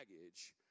baggage